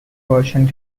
version